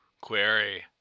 Query